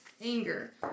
Anger